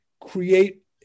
create